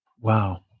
wow